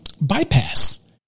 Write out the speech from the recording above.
bypass